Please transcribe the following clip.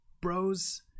bros